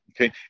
okay